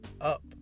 up